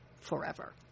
forever